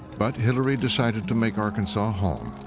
but hillary decided to make arkansas home.